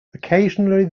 occasionally